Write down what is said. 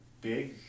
big